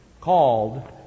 called